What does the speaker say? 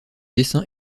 dessin